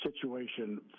situation